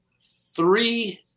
three